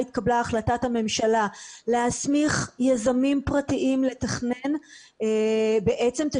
אז התקבלה החלטת הממשלה להסמיך יזמים פרטיים לתכנן תשתיות